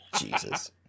Jesus